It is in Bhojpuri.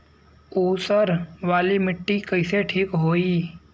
ऊसर वाली मिट्टी कईसे ठीक होई?